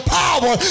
power